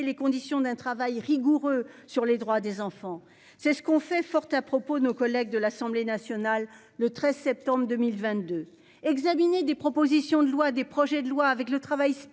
les conditions d'un travail rigoureux sur les droits des enfants. C'est ce qu'ont fait fort à propos. Nos collègues de l'Assemblée nationale le 13 septembre 2022 examiner des propositions de loi des projets de loi, avec le travail spécifique